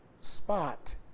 spot